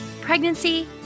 Pregnancy